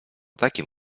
takim